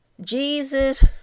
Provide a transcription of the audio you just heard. Jesus